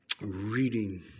reading